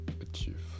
achieve